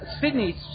Sydney